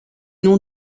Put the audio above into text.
nom